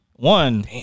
One